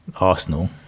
Arsenal